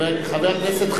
חבר הכנסת פלסנר.